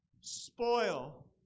spoil